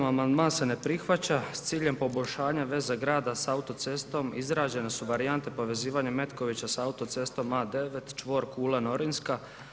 Amandman se ne prihvaća sa ciljem poboljšanja veze grada sa autocestom izrađene su varijante povezivanja Metkovića sa autocestom A9 čvor Kula Norinska.